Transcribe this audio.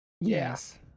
Yes